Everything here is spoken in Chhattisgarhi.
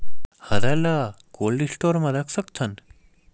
हरा ल कोल्ड स्टोर म रख सकथन?